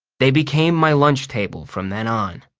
they became my lunch table from then on.